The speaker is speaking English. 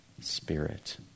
Spirit